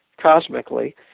cosmically